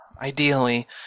ideally